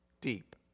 deep